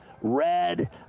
red